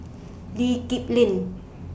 Lee Kip Lin